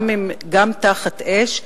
גם תחת אש,